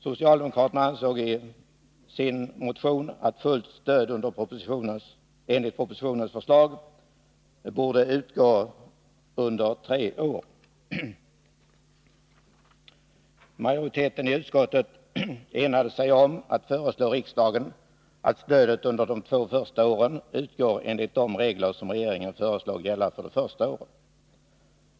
Socialdemokraterna ansåg i sin motion att fullt stöd enligt propositionens förslag borde utgå under tre år. Majoriteten i utskottet enade sig om att föreslå riksdagen att stödet under de två första åren utgår enligt de regler som regeringen föreslår gälla för det första året.